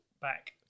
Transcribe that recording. back